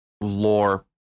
lore